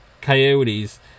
coyotes